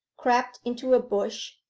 crept into a bush,